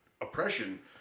oppression